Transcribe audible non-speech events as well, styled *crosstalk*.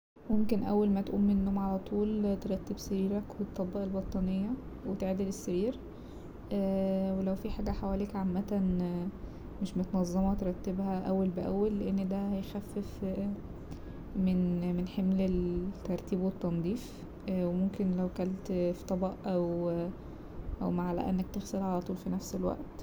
ممكن أول ما تقوم من النوم على طول ترتب سريرك وتطبق البطانية وتعدل السرير *hesitation* ولو فيه حاجة حواليك عامة مش متنظمة ترتبها أول بأول لأن ده هيخفف *hesitation* من- من حمل الترتيب والتنضيف وممكن لو كلت في طبق أو معلقة انك تغسلها على طول في نفس الوقت.